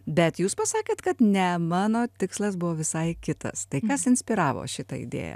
bet jūs pasakėt kad ne mano tikslas buvo visai kitas tai kass inspiravo šitą idėją